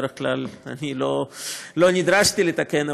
בדרך כלל לא נדרשתי לתקן,